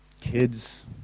kids